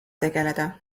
tegeleda